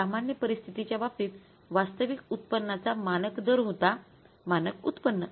सामान्य परिस्थितीच्या बाबतीत वास्तविक उत्पन्नाचा मानक दर होता मानक उत्पन्न